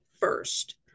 first